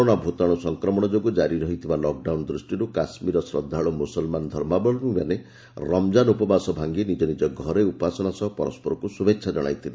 corona ଭୂତାଣୁ ସଂକ୍ରମଣ ଯୋଗୁଁ ଜାରି ରହିଥିବା ଲକ୍ଡାଉନ୍ ଦୃଷ୍ଟିର୍ କାଶ୍ମୀର୍ର ଶ୍ରଦ୍ଧାଳ୍ ମୁସଲ୍ମାନ ଧର୍ମାବଲମ୍ଭୀମାନେ ରମ୍କାନ୍ ଉପବାସ ଭାଙ୍ଗି ନିଜ ନିଜ ଘରେ ଉପାସନା ସହ ପରସ୍କରକ୍ ଶୁଭେଚ୍ଛା ଜଣାଇଥିଲେ